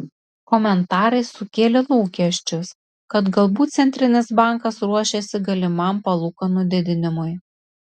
komentarai sukėlė lūkesčius kad galbūt centrinis bankas ruošiasi galimam palūkanų didinimui